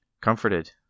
comforted